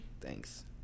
Thanks